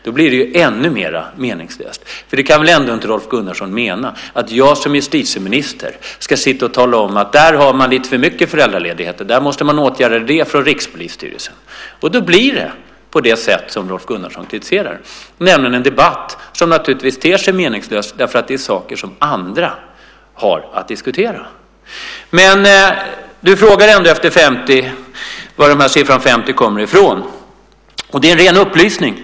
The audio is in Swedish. Då blir det ännu mer meningslöst. Det kan väl ändå inte Rolf Gunnarsson mena att jag som justitieminister ska sitta och tala om att där har man lite för mycket föräldraledighet, och det måste man åtgärda från Rikspolisstyrelsen? Då blir det på det sätt som Rolf Gunnarsson kritiserar, nämligen en debatt som ter sig meningslös därför att det är saker som andra har att diskutera. Du frågar var siffran 50 kommer ifrån. Det är en ren upplysning.